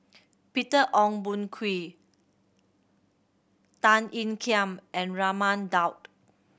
Peter Ong Boon Kwee Tan Ean Kiam and Raman Daud